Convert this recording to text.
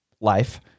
life